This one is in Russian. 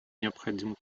необходим